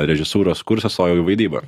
režisūros kursą stojau į vaidyba